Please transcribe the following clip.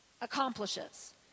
accomplishes